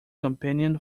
companion